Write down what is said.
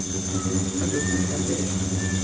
അടുത്തത്